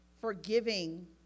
forgiving